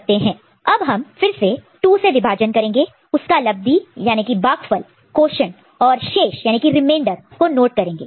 अब हम फिर से 2 से विभाजन डिवाइड divide करेंगे उसका भागफल क्वोशन्ट quotientऔर शेष रिमेंडर remainder को नोट करेंगे